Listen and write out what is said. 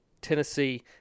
Tennessee